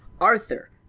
Arthur